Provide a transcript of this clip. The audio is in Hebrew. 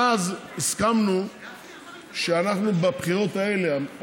ואז הסכמנו שאנחנו בבחירות האלה, הקרובות,